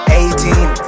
eighteen